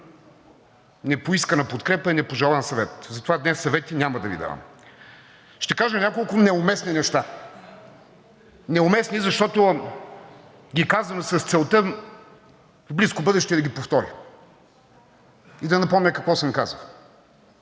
непоискана подкрепа и непожелан съвет. Затова днес съвети няма да Ви давам. Още няколко неуместни неща, неуместни, защото ги казвам с цел в близко бъдеще да ги повторя и да напомня какво съм казал.